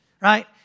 right